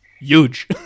Huge